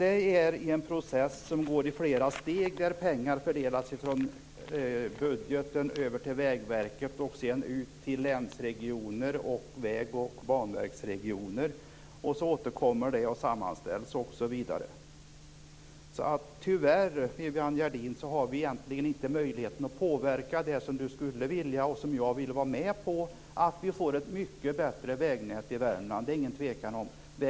Det är i en process som går i flera steg, där pengar fördelas från budgeten över till Vägverket, sedan ut till länsregioner och vägverks och banverksregioner, och därefter återkommer de och sammanställs osv. Tyvärr har vi inte möjligheten att påverka det som Viviann Gerdin skulle vilja och som jag ville vara med på, att vi får ett mycket bättre vägnät i Värmland. Det är ingen tvekan om det.